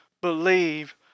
believe